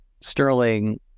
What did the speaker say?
sterling